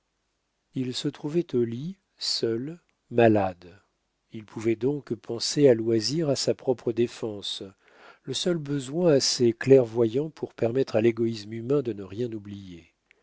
il se trouvait au lit seul malade il pouvait donc penser à loisir à sa propre défense le seul besoin assez clairvoyant pour permettre à l'égoïsme humain de ne rien oublier